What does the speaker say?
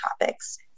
topics